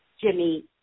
Jimmy